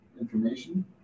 Information